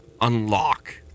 unlock